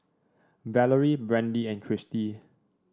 Valorie Brandee and Christy